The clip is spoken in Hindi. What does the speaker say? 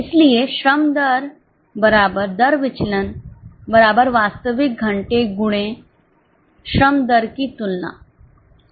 इसलिए श्रम दर दर विचलन वास्तविक घंटे श्रम दर की तुलना